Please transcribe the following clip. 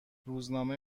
روزنامه